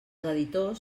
editors